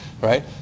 right